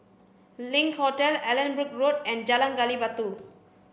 Link Hotel Allanbrooke Road and Jalan Gali Batu